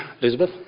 Elizabeth